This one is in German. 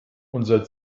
unser